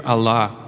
Allah